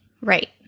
Right